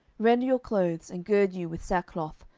rend your clothes, and gird you with sackcloth,